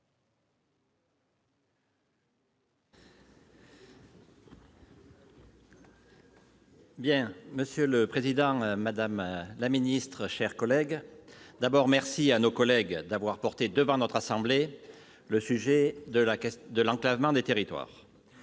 Monsieur le président, madame la ministre, mes chers collègues, je remercie tout d'abord nos collègues d'avoir porté devant notre assemblée le sujet de l'enclavement des territoires.